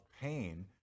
pain